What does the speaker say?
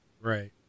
Right